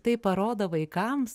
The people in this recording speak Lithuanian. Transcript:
tai parodo vaikams